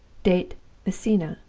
date messina.